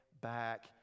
back